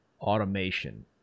automation